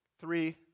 Three